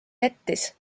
jättis